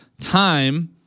time